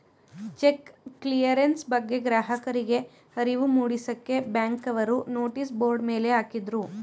check clearance ಬಗ್ಗೆ ಗ್ರಾಹಕರಿಗೆ ಅರಿವು ಮೂಡಿಸಕ್ಕೆ ಬ್ಯಾಂಕ್ನವರು ನೋಟಿಸ್ ಬೋರ್ಡ್ ಮೇಲೆ ಹಾಕಿದ್ರು